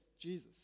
Jesus